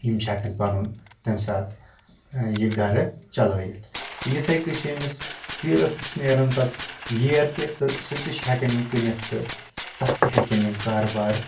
یِم چھِ ہٮ۪کان پَنُن تمہِ ساتہٕ یہِ گرٕ چلٲیِتھ تہٕ یِتھٕے کٔنۍ چھُ أمِس تیٖرَس نِش نیٚران پَتہٕ ییر تہِ سُہ تہِ چھُ ہٮ۪کان یِم کٕنِتھ تہٕ تَتھ تہِ ہٮ۪کان تِم کاروبار کٔرِتھ